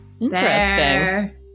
Interesting